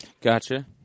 Gotcha